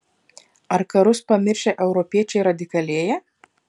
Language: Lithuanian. ar karus pamiršę europiečiai radikalėja